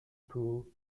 pool